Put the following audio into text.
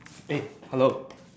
eh hello